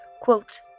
quote